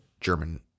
German